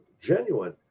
genuine